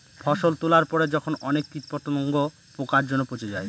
ফসল তোলার পরে যখন অনেক কীট পতঙ্গ, পোকার জন্য পচে যায়